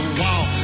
wall